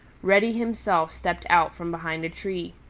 reddy himself stepped out from behind a tree.